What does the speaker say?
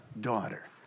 daughter